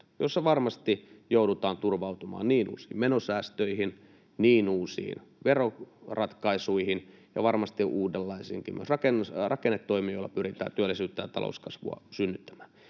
joissa varmasti joudutaan turvautumaan niin uusiin menosäästöihin, niin uusiin veroratkaisuihin kuin varmasti myös uudenlaisiin rakennetoimiin, joilla pyritään työllisyyttä ja talouskasvua synnyttämään,